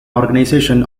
organization